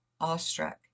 awestruck